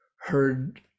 heard